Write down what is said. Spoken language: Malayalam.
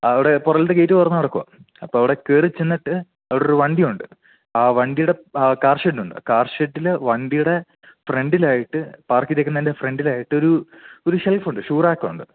അവിടെ പുറകിലത്തെ ഗേയ്റ്റ് തുറന്നു കിടക്കുവാണ് അപ്പോൾ അവിടെ കയറി ചെന്നിട്ട് അവിടെയൊരു വണ്ടിയുണ്ട് ആ വണ്ടിയുടെ കാർ ഷെഡുണ്ട് കാർ ഷെഡിൽ വണ്ടിയുടെ ഫ്രണ്ടിലായിട്ട് പാർക്ക് ചെയ്തേക്കുന്നതിന്റെ ഫ്രണ്ടിലായിട്ടൊരു ഒരു ഷെൽഫുണ്ട് ഷൂ റാക്കൊണ്ട്